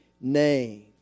name